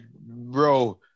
bro